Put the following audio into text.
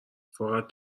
فقط